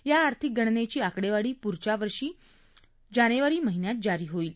या आर्थिक गणनेची आकडेवारी पुढच्यावर्षी जानेवारी महिन्यात जारी होईल